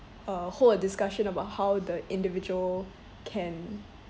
uh hold a discussion about how the individual can